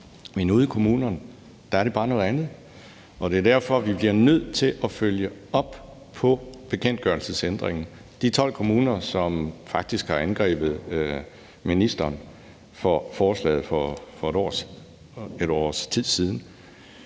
Men ude i kommunerne er det bare noget andet. Det er derfor, vi bliver nødt til at følge op på bekendtgørelsesændringen. De 12 kommuner, som faktisk har angrebet ministeren for forslaget